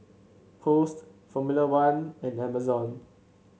Post Formula One and Amazon